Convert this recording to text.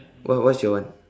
wha~ what's your one